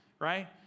right